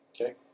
Okay